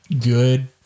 good